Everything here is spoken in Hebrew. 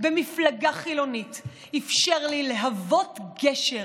במפלגה חילונית אפשר לי להוות גשר,